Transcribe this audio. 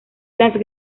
las